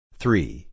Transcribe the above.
three